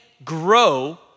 grow